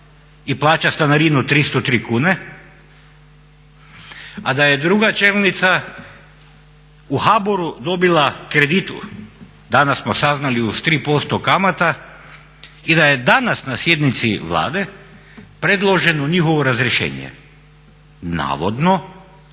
i plaća stanarinu 303 kune, a da je druga čelnica u HBOR-u dobila kredit, danas smo saznali uz 3% kamata i da je danas na sjednici Vlade predloženo njihovo razrješenje. Navodno